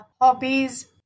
hobbies